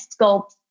sculpt